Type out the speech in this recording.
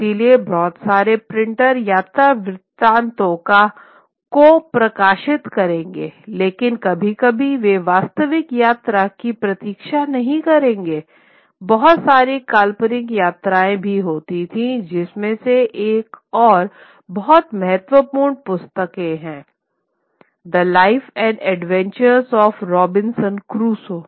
इसलिए बहुत सारे प्रिंटर यात्रा वृत्तांतों को प्रकाशित करेंगे लेकिन कभी कभी वे वास्तविक यात्रा की प्रतीक्षा नहीं करेंगे बहुत सारी काल्पनिक यात्राएँ भी होती थीं जिनमें से एक और बहुत महत्वपूर्ण पुस्तकें हैं the life and adventures of Robinson Crusoe